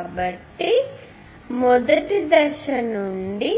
కాబట్టి మొదటి దశ నుండి